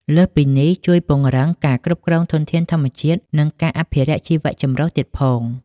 លើសពីនេះ ជួយពង្រឹងការគ្រប់គ្រងធនធានធម្មជាតិ និងការអភិរក្សជីវចម្រុះទៀតផង។